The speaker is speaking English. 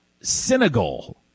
Senegal